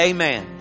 Amen